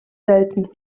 selten